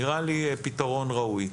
נראה לי פתרון ראוי.